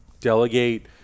delegate